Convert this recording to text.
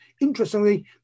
Interestingly